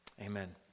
Amen